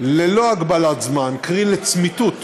ללא הגבלת זמן, קרי לצמיתות,